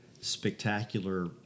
spectacular